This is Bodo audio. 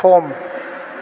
सम